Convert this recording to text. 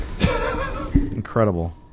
Incredible